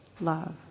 love